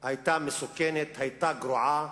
היתה מסוכנת, היתה גרועה,